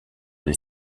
des